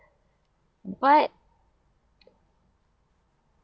but